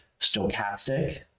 stochastic